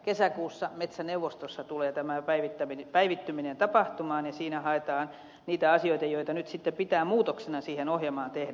kesäkuussa metsäneuvostossa tulee tämä päivittyminen tapahtumaan ja siinä haetaan niitä asioita joita nyt sitten pitää muutoksina siihen ohjelmaan tehdä